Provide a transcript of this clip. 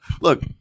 look